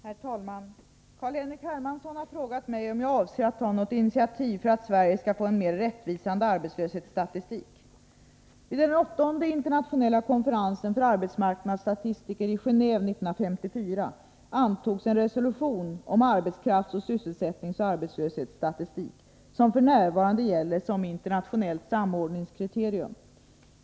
Herr talman! Carl-Henrik Hermansson har frågat mig om jag avser att ta något initiativ för att Sverige skall få en mera rättvisande arbetslöshetsstatistik. Vid den åttonde internationella konferensen för arbetsmarknadsstatistiker i Genåve 1954 antogs en resolution angående arbetskrafts-, sysselsättningsoch arbetslöshetsstatistik som f. n. gäller som internationellt samordningskriterium.